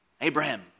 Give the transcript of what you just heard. Abraham